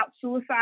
suicide